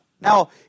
Now